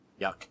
Yuck